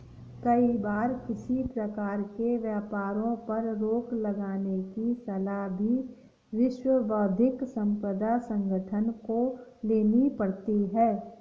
कई बार किसी प्रकार के व्यापारों पर रोक लगाने की सलाह भी विश्व बौद्धिक संपदा संगठन को लेनी पड़ती है